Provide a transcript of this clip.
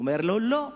והוא אמר לו: לא.